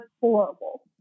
horrible